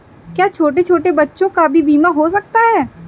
क्या छोटे छोटे बच्चों का भी बीमा हो सकता है?